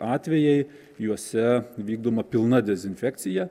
atvejai juose vykdoma pilna dezinfekcija